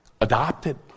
adopted